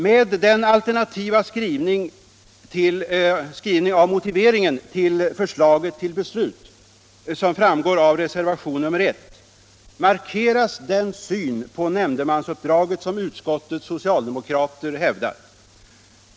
Med den alternativa skrivning av motiveringen till förslaget till beslut som framgår av reservationen 1 markeras den syn på nämndemansuppdraget som utskottets socialdemokrater hävdar.